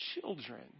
children